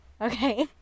okay